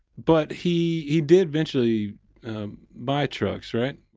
but he he did eventually buy trucks, right?